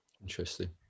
interesting